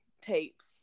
tapes